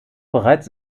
bereits